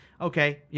Okay